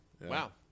Wow